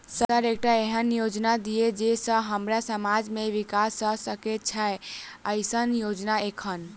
Sir एकटा एहन योजना दिय जै सऽ हम्मर समाज मे विकास भऽ सकै छैय एईसन योजना एखन?